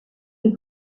est